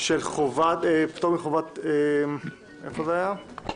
של פטור מחובת המכרזים בכל הנוגע למתפרות, רכישת